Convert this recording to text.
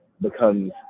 becomes